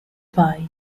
bye